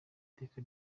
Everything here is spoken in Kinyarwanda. iteka